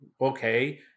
okay